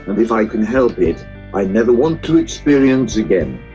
and if i can help it i never want to experience again.